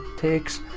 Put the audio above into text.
takes.